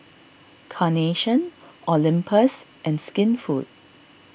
Carnation Olympus and Skinfood